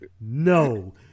No